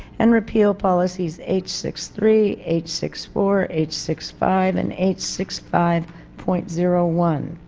and repeal policies h six three h six four h six five and h six five point zero one.